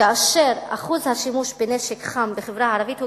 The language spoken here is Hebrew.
כאשר אחוז השימוש בנשק חם בחברה הערבית הוא